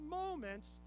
moments